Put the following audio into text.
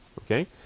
Okay